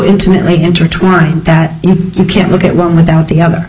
intimately intertwined that you can't look at one without the other